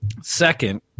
Second